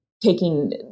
taking